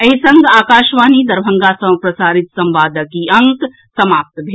एहि संग आकाशवाणी दरभंगा सँ प्रसारित संवादक ई अंक समाप्त भेल